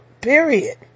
period